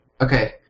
Okay